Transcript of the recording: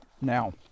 Now